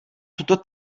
tuto